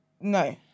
No